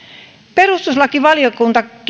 perustuslakivaliokunta